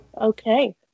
Okay